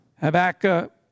Habakkuk